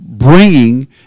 Bringing